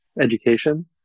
education